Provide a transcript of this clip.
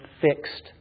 fixed